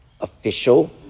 official